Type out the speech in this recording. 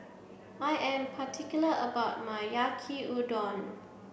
I am particular about my Yaki Udon